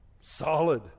solid